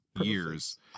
years